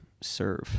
serve